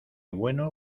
bueno